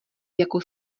jako